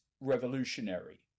revolutionary